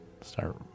start